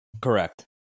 Correct